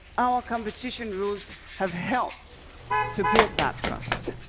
our competition rules have helped to build that trust.